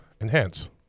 enhance